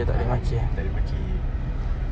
ah tak boleh maki